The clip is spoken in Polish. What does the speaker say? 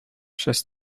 przez